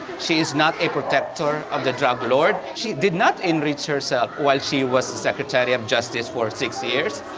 she is not a protector of the drug lords. she did not enrich herself while she was secretary of justice for six years.